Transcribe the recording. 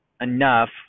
enough